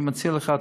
אני מציע לך,